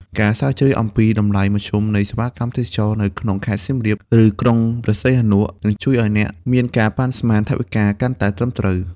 ការស្រាវជ្រាវអំពីតម្លៃមធ្យមនៃសេវាកម្មទេសចរណ៍នៅក្នុងខេត្តសៀមរាប ឬក្រុងព្រះសីហនុ នឹងជួយឱ្យអ្នកមានការប៉ាន់ស្មានថវិកាកាន់តែត្រឹមត្រូវ។